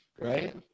right